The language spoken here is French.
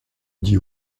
dit